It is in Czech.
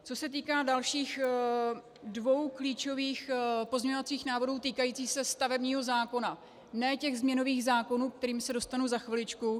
Co se týká dalších dvou klíčových pozměňovacích návrhů týkajících se stavebního zákona, ne těch změnových zákonů, ke kterým se dostanu za chviličku.